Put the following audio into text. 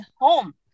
home